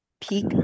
peak